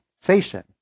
sensation